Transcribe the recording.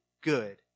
good